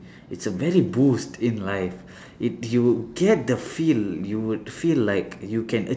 it's a very boost in life if you get the feel you would feel like you can